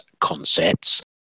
concepts